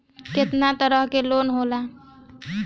केतना तरह के लोन होला?